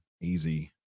Easy